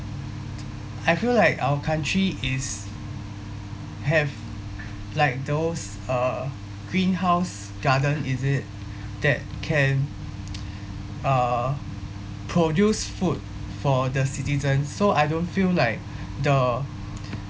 I feel like our country is have like those uh greenhouse garden is it that can uh produce food for the citizens so I don't feel like the